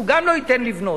הוא גם לא ייתן לבנות.